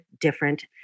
different